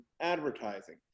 advertising